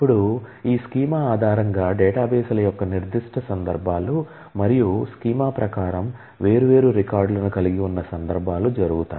ఇప్పుడు ఈ స్కీమా ఆధారంగా డేటాబేస్ల యొక్క నిర్దిష్ట సందర్భాలు మరియు స్కీమా ప్రకారం వేర్వేరు రికార్డులను కలిగి ఉన్న సందర్భాలు జరుగుతాయి